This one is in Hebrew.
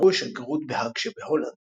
לפרו יש שגרירות בהאג שבהולנד.